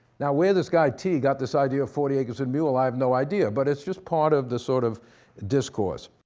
now, where this guy tee got this idea of forty acres and a mule, i have no idea, but it's just part of the sort of discourse.